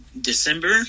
december